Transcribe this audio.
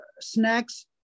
snacks